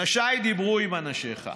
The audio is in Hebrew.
אנשיי דיברו עם אנשיך.